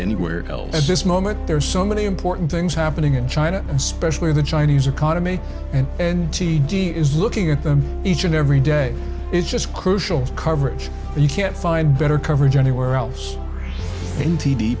anywhere else at this moment there are so many important things happening in china especially the chinese economy and and t d is looking at them each and every day is just crucial coverage and you can't find better coverage anywhere else